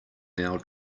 now